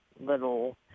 little